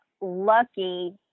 lucky